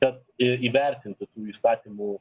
kad įvertintų tų įstatymų